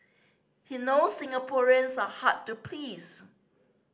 he knows Singaporeans are hard to please